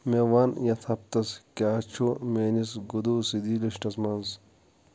مے ون یتھ ہفتس کیاہ چُھ میٲنِس گروسری لسٹس منز